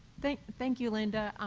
thank thank you, linda.